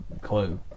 clue